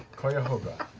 kaiahoga.